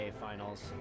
Finals